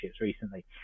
recently